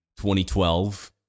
2012